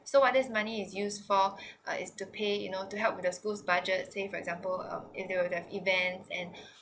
so what this money is use for uh is to pay you know to help with the schools budget say for example uh if they will have event and